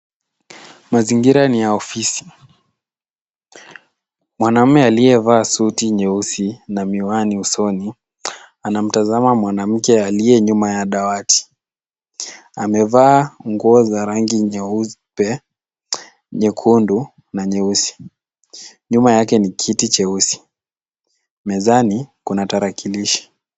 Mazingira ni ya ofisi. Mwanaume aliyevaa suti nyeusi na miwani usoni anamtazama mwanamke aliye nyuma ya dawati. Amevaa nguo za rangi nyeupe, nyekundu na nyeusi. Nyuma yake ni kiti cheusi. Mezani kuna tarakilishi.